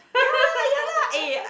ya lah ya lah eh